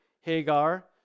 Hagar